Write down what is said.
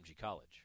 College